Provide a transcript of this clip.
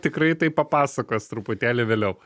tikrai tai papasakos truputėlį vėliau